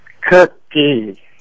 cookie